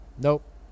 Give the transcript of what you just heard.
nope